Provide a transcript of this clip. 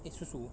eh susu